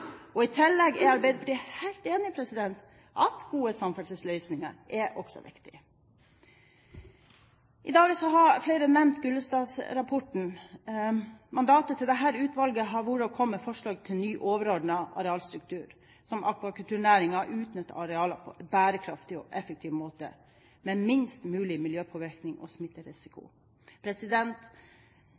I tillegg er Arbeiderpartiet helt enig i at gode samferdselsløsninger også er viktig. I dag har flere nevnt Gullestad-rapporten. Mandatet til dette utvalget har vært å komme med forslag til ny overordnet arealstruktur som skal bidra til at akvakulturnæringen utnytter arealet på en bærekraftig og effektiv måte med minst mulig miljøpåvirkning og smitterisiko.